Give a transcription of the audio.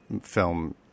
film